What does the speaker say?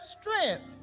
strength